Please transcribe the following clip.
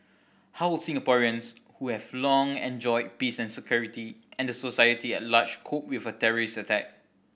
how will Singaporeans who have long enjoyed peace and security and the society at large cope with a terrorist attack